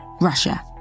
Russia